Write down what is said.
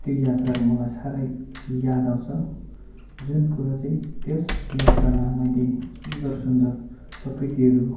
त्यो यात्राको मलाई साह्रै याद आउँछ जुन कुरो चाहिँ त्यस यात्रामा मैले सुन्दर सुन्दर प्रकृतिहरू